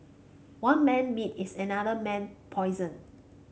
one man meat is another man poison